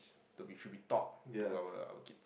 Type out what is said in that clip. to be should be taught to our our kids